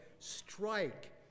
strike